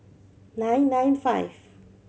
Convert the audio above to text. nine nine five